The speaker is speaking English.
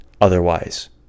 otherwise